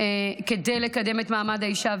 כדי לקדם את מעמד האישה,